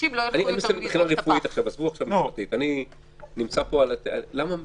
מבחינה רפואית, לא משפטית, למה 100?